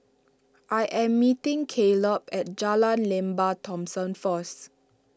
I am meeting Kaleb at Jalan Lembah Thomson first